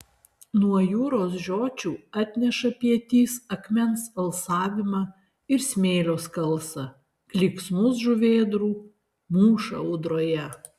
nuo jūros žiočių atneša pietys akmens alsavimą ir smėlio skalsą klyksmus žuvėdrų mūšą audroje